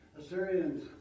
Assyrians